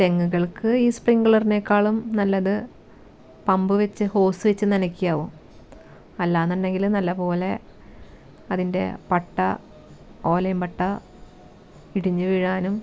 തെങ്ങുകൾക്ക് ഈ സ്പ്രിങ്ക്ലറിനെക്കാളും നല്ലത് പമ്പ് വച്ച് ഹോസ് വച്ച് നനയ്ക്കുക ആവും അല്ല എന്നുണ്ടെങ്കിൽ നല്ലപോലെ അതിൻ്റെ പട്ട ഓലയും പട്ട ഇടിഞ്ഞു വീഴാനും